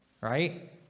Right